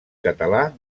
català